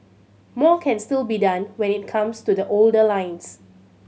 more can still be done when it comes to the older lines